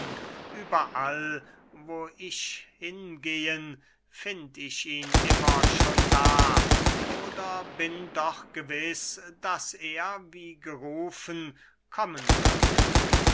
überall wo ich hingehe find ich ihn immer schon da oder bin doch gewiß daß er wie gerufen kommen wird